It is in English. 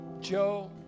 Joe